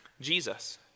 Jesus